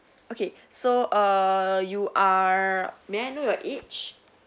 okay so err you are may I know your age